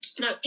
no